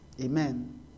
Amen